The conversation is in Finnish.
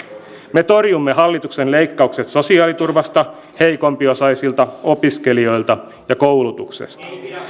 me torjumme hallituksen leikkaukset sosiaaliturvasta heikompiosaisilta opiskelijoilta ja koulutuksesta